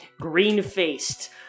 green-faced